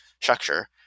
structure